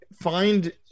find